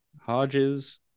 hodges